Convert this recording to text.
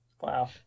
Wow